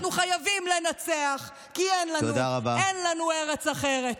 אנחנו חייבים לנצח, כי אין לנו, אין לנו ארץ אחרת.